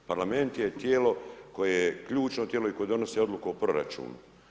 Parlament je tijelo koje je ključno tijelo i koje donosi odluku o Proračunu.